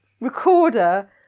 recorder